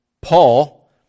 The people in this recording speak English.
Paul